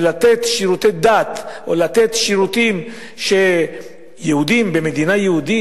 ומתן שירותי דת או מתן שירותים ליהודים במדינה יהודית.